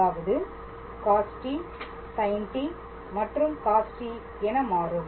அதாவது cost sint மற்றும் cost என மாறும்